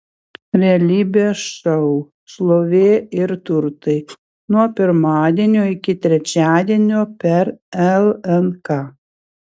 realybės šou šlovė ir turtai nuo pirmadienio iki trečiadienio per lnk